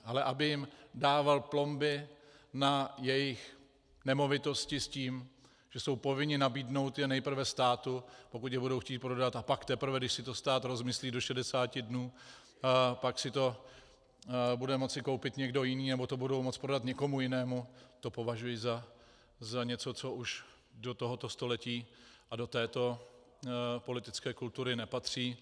Ale aby jim dával plomby na jejich nemovitosti s tím, že jsou povinni nabídnout je nejprve státu, pokud je budou chtít prodat, a pak teprve když si to stát rozmyslí do 60 dnů, pak si to bude moci koupit někdo jiný nebo to budou moci prodat někomu jinému, to považuji za něco, co už do tohoto století a do této politické kultury nepatří.